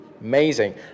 amazing